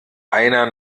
einer